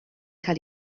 cael